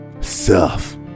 self